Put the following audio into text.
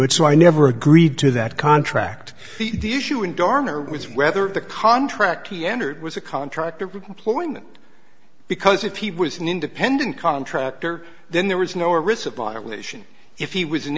it so i never agreed to that contract the issue in garner was whether the contract he entered was a contract or complain because if he was an independent contractor then there was no risk of violation if he was an